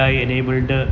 AI-enabled